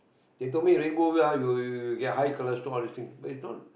they told me Redbull ah you'll you'll got high cholesterol and all this thing but it's not